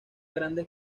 grandes